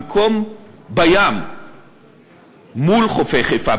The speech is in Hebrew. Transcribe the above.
במקום בים מול חופי חיפה,